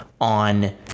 on